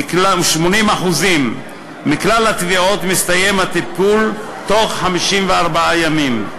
וב-80% מכלל התביעות מסתיים הטיפול תוך 54 ימים.